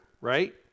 right